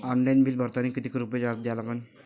Online bill भरतानी कितीक रुपये चार्ज द्या लागन?